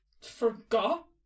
forgot